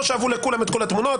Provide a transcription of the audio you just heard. לא שאבו לכולם את כל התמונות,